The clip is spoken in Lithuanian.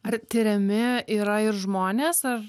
ar tiriami yra ir žmonės ar